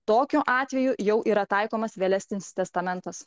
tokiu atveju jau yra taikomas vėlesnis testamentas